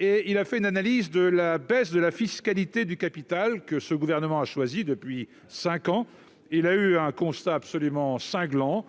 et il a fait une analyse de la baisse de la fiscalité du capital que ce gouvernement a choisi depuis 5 ans, il a eu un constat absolument cinglant